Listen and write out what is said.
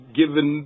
given